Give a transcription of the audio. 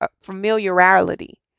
familiarity